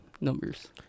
numbers